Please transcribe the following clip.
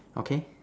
okay